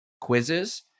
quizzes